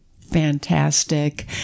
fantastic